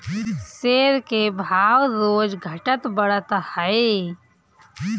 share के भाव रोज घटत बढ़त हअ